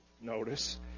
notice